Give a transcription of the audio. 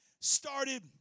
started